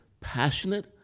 passionate